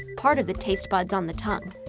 part of the taste buds on the tongue.